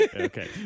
Okay